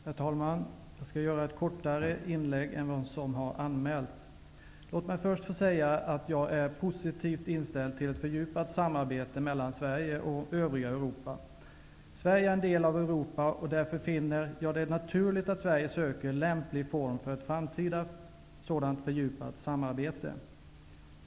Herr talman! Jag kommer att göra ett kortare inlägg än vad som har anmälts. Låt mig först få säga att jag är positivt inställd till ett fördjupat samarbete mellan Sverige och övriga Europa. Sverige är en del av Europa, därför finner jag det naturligt att Sverige söker lämplig form för ett sådant framtida fördjupat samarbete.